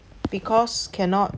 because cannot